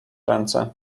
ręce